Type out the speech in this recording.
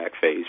phase